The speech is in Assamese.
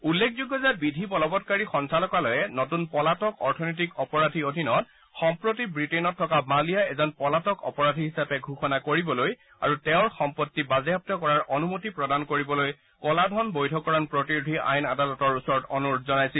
উল্লেখযোগ্য যে বিধিবলৱৎকাৰী সঞ্চালকালয়ে নতুন পলাতক অৰ্থনৈতিক অপৰাধী অধীনত সম্প্ৰতি ৱিটেইনত থকা মালিয়া এজন পলাতক অপৰাধী হিচাপে ঘোষণা কৰিবলৈ আৰু তেওঁৰ সম্পত্তি বাজেয়াপ্ত কৰাৰ অনুমতি প্ৰদান কৰিবলৈ কলা ধন বৈধকৰণ প্ৰতিৰোধী আইন আদালতৰ ওচৰত অনুৰোধ জনাইছিল